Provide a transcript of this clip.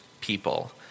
people